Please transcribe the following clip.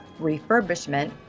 Refurbishment